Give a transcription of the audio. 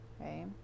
okay